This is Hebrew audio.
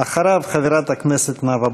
אחריו, חברת הכנסת נאוה בוקר.